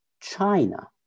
China